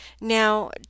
Now